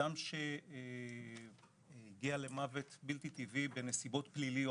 אדם שהגיע למוות בלתי טבעי בנסיבות פליליות,